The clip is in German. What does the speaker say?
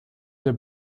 der